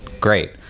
great